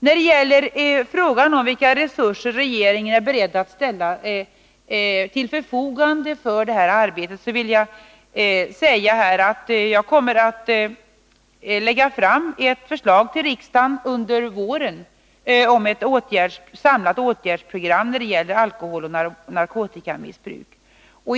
När det gäller frågan om vilka resurser regeringen är beredd att ställa till förfogande för detta arbete, vill jag säga att jag kommer att lägga fram ett förslag till riksdagen under våren om ett samlat åtgärdsprogram beträffande alkoholoch narkotikamissbruk.